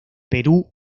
perú